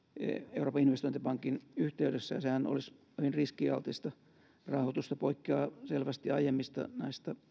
euroopan investointipankin yhteydessä ja sehän olisi hyvin riskialtista rahoitusta poikkeaa selvästi näistä